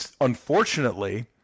Unfortunately